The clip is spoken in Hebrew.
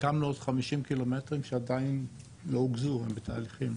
הקמנו עוד 50 קילומטרים שעדיין לא --- הם בתהליכים.